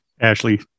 Ashley